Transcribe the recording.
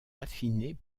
affiné